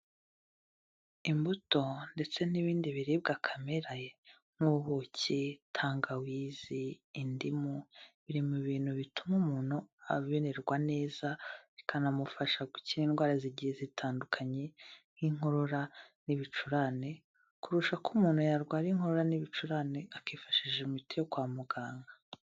Imbuto ndetse n'ibindi biribwa kamere nk'ubuki, tangawizi, indimu, biri mu bintu bituma umuntu amererwa neza bikanamufasha gukira indwara zigiye zitandukanye, nk'inkorora n'ibicurane kurusha uko umuntu yarwara inkorora n'ibicurane akifashisha imiti yo kwa muganga.